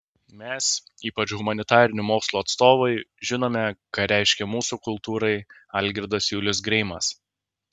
mes ypač humanitarinių mokslų atstovai žinome ką reiškia mūsų kultūrai algirdas julius greimas